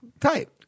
Tight